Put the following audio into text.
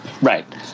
Right